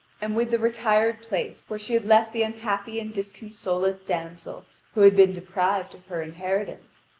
and with the retired place where she had left the unhappy and disconsolate damsel who had been deprived of her inheritance.